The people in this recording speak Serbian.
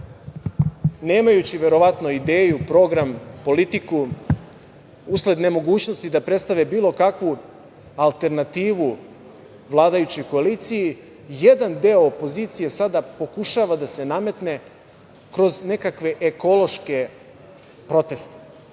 nemajući verovatno ideju, program, politiku, usled nemogućnosti da predstave bilo kakvu alternativu vladajućoj koaliciji, jedan deo opozicije sada pokušava da se nametne kroz nekakve ekološke proteste.